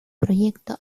proyecto